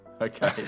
Okay